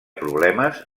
problemes